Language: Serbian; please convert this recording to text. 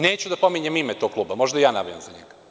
Neću da pominjem ime tog kluba, možda i ja navijam za njega.